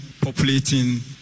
populating